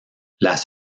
las